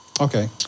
Okay